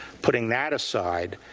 putting that aside,